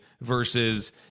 versus